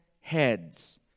heads